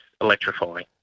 electrifying